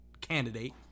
candidate